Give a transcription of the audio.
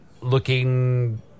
looking